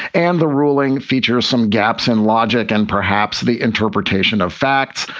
and the ruling features some gaps in logic and perhaps the interpretation of facts.